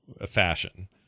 fashion